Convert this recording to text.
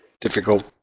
difficult